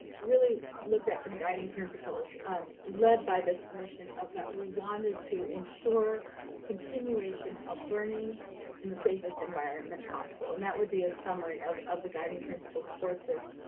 really looked at some guiding principles led by this notion of that we wanted to ensure continuation of learning in the safest environment possible, and that would be a summary of of the guiding principles towards this.